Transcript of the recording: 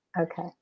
Okay